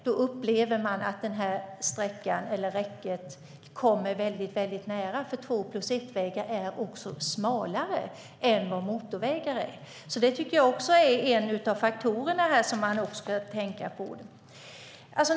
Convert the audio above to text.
Då upplever man att räcket kommer väldigt nära, för två-plus-ett-vägar är smalare än vad motorvägar är. Det tycker jag är en av de faktorer som man bör tänka på.